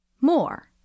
More